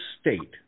state